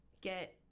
get –